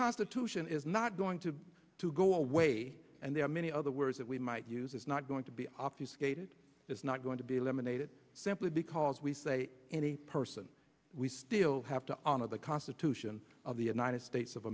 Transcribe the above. constitution is not going to to go away and there are many other words that we might use is not going to be obvious kate is not going to be eliminated simply because we say any person we still have to honor the constitution of the united states of